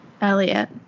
Elliot